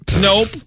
Nope